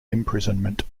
imprisonment